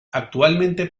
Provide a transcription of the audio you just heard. actualmente